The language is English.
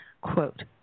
quote